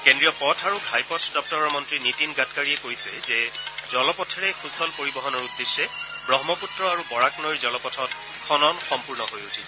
কেন্দ্ৰীয় পথ আৰু ঘাইপথ দপ্তৰৰ মন্ত্ৰী নীতিন গাডকাৰীয়ে কৈছে যে জলপথেৰে সূচল পৰিবহনৰ উদ্দেশ্যে ব্ৰহ্মপুত্ৰ আৰু বৰাক নৈৰ জলপথত খনন সম্পূৰ্ণ হৈ উঠিছে